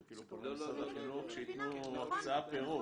אתה פונה למשרד החינוך שייתנו הקצאה פר ראש.